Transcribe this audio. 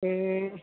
ए